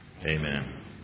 Amen